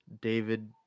David